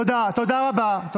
תודה, תודה רבה.